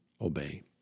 obey